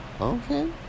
Okay